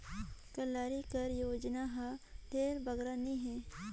कलारी कर ओजन हर ढेर बगरा नी रहें